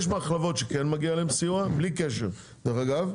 יש מחלבות שכן מגיע להן סיוע, בלי קשר, דרך אגב,